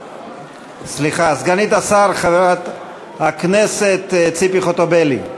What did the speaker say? סליחה, סגנית השר חברת הכנסת ציפי חוטובלי,